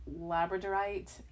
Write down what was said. Labradorite